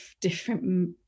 different